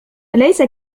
أليس